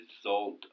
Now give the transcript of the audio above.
result